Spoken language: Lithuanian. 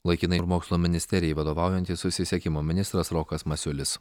laikinai ir mokslo ministerijai vadovaujantis susisiekimo ministras rokas masiulis